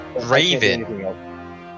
Raven